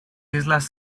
islas